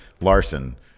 Larson